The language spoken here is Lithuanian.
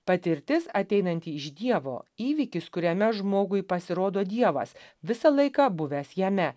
patirtis ateinanti iš dievo įvykis kuriame žmogui pasirodo dievas visą laiką buvęs jame